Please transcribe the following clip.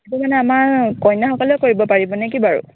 সেইটো মানে আমাৰ কন্যাসকলে কৰিব পাৰিব নে কি বাৰু